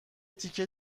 تیکه